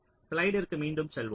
ஸ்லைடிற்கு மீண்டும் செல்வோம்